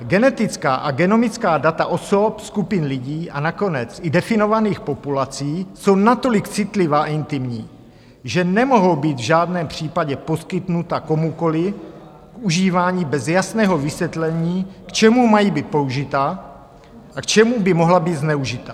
Genetická a genomická data osob, skupin lidí a nakonec i definovaných populací jsou natolik citlivá a intimní, že nemohou být v žádném případě poskytnuta komukoliv k užívání bez jasného vysvětlení, k čemu mají být použita a k čemu by mohla být zneužita.